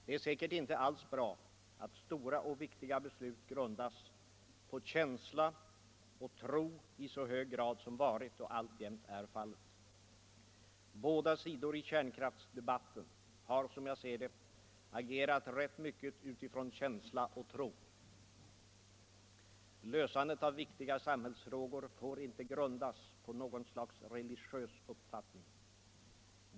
Det är säkerligen inte alls bra att stora och viktiga beslut grundas på känsla och tro i så hög grad som varit och alltjämt är fallet. Båda sidor i kärnkraftsdebatten har, som jag ser det, agerat rätt mycket utifrån känsla och tro. Lösandet av viktiga samhällsfrågor får inte grundas på något slags ”religiös” uppfattning.